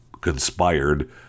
conspired